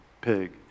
pig